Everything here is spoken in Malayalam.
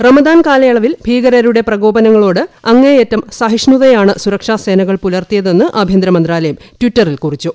റമദാൻ കാലയളവിൽ ഭീകരരുടെ പ്രകോപനങ്ങളോട് അങ്ങേയറ്റം സഹിഷ്ണതയാണ് സുരക്ഷാ സേനകൾ പുലർത്തിയതെന്ന് ആഭ്യന്തര മന്ത്രാലയം ടവറ്ററിൽ കുറിച്ചു